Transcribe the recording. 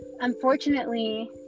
unfortunately